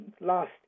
last